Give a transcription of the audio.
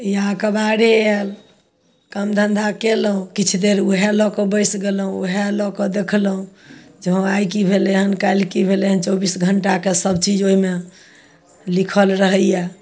ई अखबारे आयल काम धन्धा केलहुॅं किछु देर वएह लऽ कऽ बसि गेलहुॅं वएह लऽ कऽ देखलहुॅं आइ की भेलै हन काल्हि की भेलो हन चौबीस घंटाके सब चीज ओहिमे लिखल रहैया